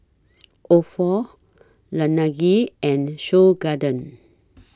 Ofo Laneige and Seoul Garden